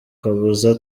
kabuza